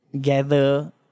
gather